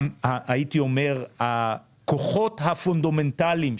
הכוחות הפונדומנטלים,